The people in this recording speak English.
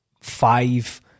five